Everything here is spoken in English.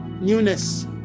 newness